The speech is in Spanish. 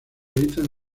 habitan